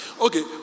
okay